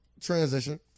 transition